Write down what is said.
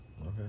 Okay